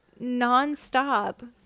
nonstop